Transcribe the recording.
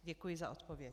Děkuji za odpověď.